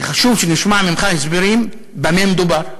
וחשוב שנשמע ממך הסברים, במה מדובר.